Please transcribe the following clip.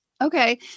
Okay